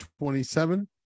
27